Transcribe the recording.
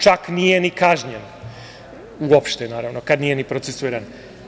Čak nije ni kažnjen uopšte, naravno kad nije ni procesuiran.